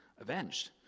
avenged